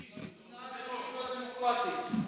דמוקרטית,